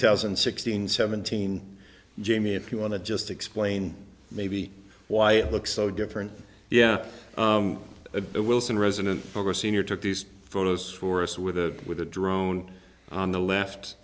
thousand and sixteen seventeen jamie if you want to just explain maybe why it looks so different yeah a wilson resident former senior took these photos for us with a with a drone on the left